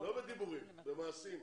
לא בדיבורים, במעשים.